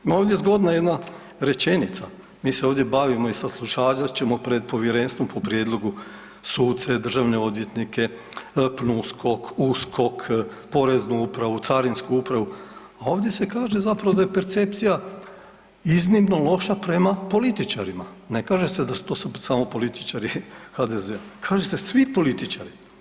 Ima ovdje zgodna jedna rečenica, mi se ovdje bavimo i saslušavat ćemo pred povjerenstvom po prijedlogu suce i državne odvjetnike PNUSKOK, USKOK, Poreznu upravu, Carinsku upravu, a ovdje se kaže zapravo da je percepcija iznimno loša prema političarima, ne kaže se da su to samo političari HDZ-a, kažete svi političari.